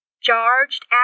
charged